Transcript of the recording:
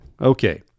Okay